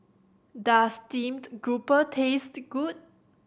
does steamed grouper taste good